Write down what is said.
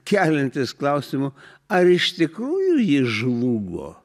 keliantis klausimų ar iš tikrųjų ji žlugo